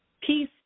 Peace